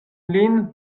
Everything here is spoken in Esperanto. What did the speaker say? lin